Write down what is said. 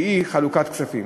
שהיא חלוקת כספים.